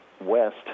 west